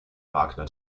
wagner